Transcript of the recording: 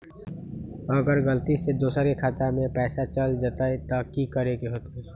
अगर गलती से दोसर के खाता में पैसा चल जताय त की करे के होतय?